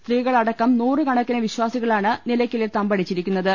സ്ത്രീകളടക്കം നൂറുകണ ക്കിന് വിശ്വാസികളാണ് നിലയ്ക്കലിൽ തമ്പടിച്ചിരിക്കു ന്നത്